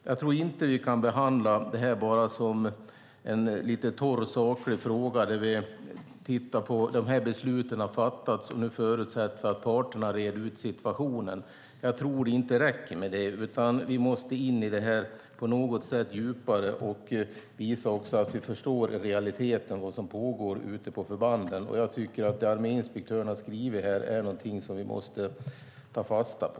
Jag tror inte att vi bara kan behandla det som en lite torr och saklig fråga där vi konstaterar att besluten har fattats och att vi nu förutsätter att parterna reder ut situationen. Jag tror inte att det räcker, utan vi måste gå in djupare och visa att vi förstår vad som i realiteten pågår ute på förbanden. Det arméinspektören skrivit är sådant som vi måste ta fasta på.